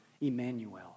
Emmanuel